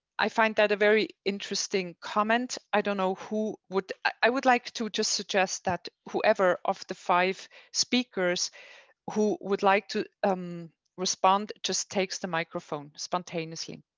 i find that a very interesting comment. i don't know who would. i would like to just suggest that whoever of the five speakers who would like to um respond just takes the microphone spontaneously.